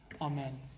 amen